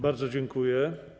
Bardzo dziękuję.